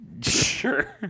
Sure